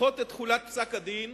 לדחות את תחולת פסק-הדין